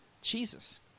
Jesus